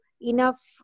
enough